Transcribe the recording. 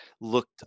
looked